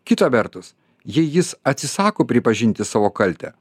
kita vertus jei jis atsisako pripažinti savo kaltę